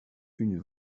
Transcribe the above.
une